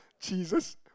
jesus